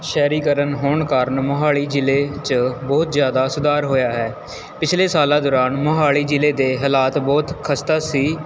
ਸ਼ਹਿਰੀਕਰਨ ਹੋਣ ਕਾਰਨ ਮੋਹਾਲੀ ਜ਼ਿਲ੍ਹੇ 'ਚ ਬਹੁਤ ਜ਼ਿਆਦਾ ਸੁਧਾਰ ਹੋਇਆ ਹੈ ਪਿਛਲੇ ਸਾਲਾਂ ਦੌਰਾਨ ਮੋਹਾਲੀ ਜ਼ਿਲ੍ਹੇ ਦੇ ਹਾਲਾਤ ਬਹੁਤ ਖਸਤਾ ਸੀ